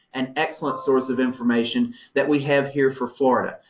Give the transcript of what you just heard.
an excellent source of information that we have here for florida.